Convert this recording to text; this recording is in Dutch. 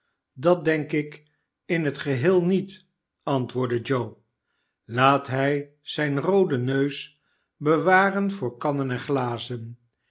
dat denk ik in het geheel niet antwoordde joe laat hij zijn rooden neus bewaren voor kannen en glazen